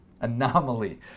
Anomaly